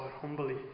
humbly